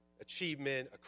achievement